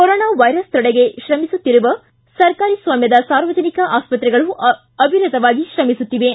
corona virus ತಡೆಗೆ ಇದುವರೆಗೆ ಸರ್ಕಾರಿ ಸ್ವಾಮ್ನದ ಸಾರ್ವಜನಿಕ ಆಸ್ಪತ್ರೆಗಳು ಅವಿರತವಾಗಿ ಶ್ರಮಿಸುತ್ತಿವೆ